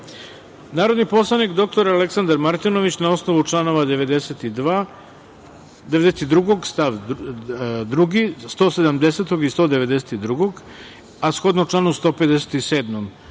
Srbije. Narodni poslanik dr Aleksandar Martinović, na osnovu članova 92. stav 2, 170. i 192, a shodno članu 157. stav